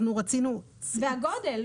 גם הגודל.